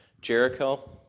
Jericho